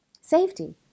Safety